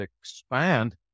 expand